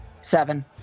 seven